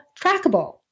trackable